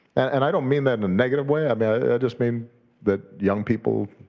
and i don't mean that in a negative way. i mean, i just mean that young people,